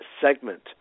segment